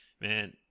Man